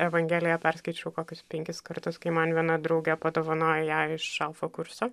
evangeliją perskaičiau kokius penkis kartus kai man viena draugė padovanojo ją iš alfa kurso